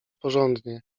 porządnie